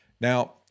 Now